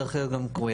צריך להיות גם ---",